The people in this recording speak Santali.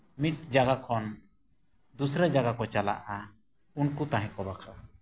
ᱢᱤᱫ ᱡᱟᱭᱜᱟ ᱠᱷᱚᱱ ᱫᱩᱥᱨᱟᱹ ᱡᱟᱭᱜᱟ ᱠᱚ ᱪᱟᱞᱟᱜᱼᱟ ᱩᱱᱠᱩ ᱛᱟᱦᱮᱸ ᱠᱚ ᱵᱟᱠᱷᱨᱟ